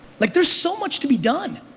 like there's so much to be done.